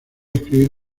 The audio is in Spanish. escribir